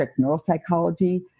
neuropsychology